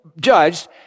judged